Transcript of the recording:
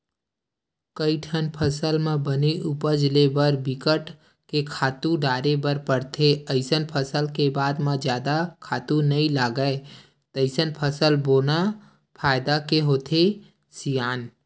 कइठन फसल म बने उपज ले बर बिकट के खातू डारे बर परथे अइसन फसल के बाद म जादा खातू नइ लागय तइसन फसल बोना फायदा के होथे सियान